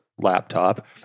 laptop